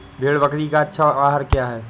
भेड़ बकरी का अच्छा आहार क्या है?